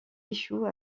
échoue